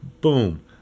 Boom